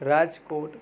Rajkot